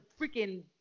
freaking